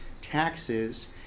taxes